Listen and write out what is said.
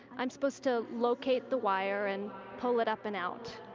i'm supposed to locate the wire and pull it up and out.